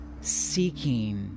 seeking